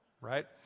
right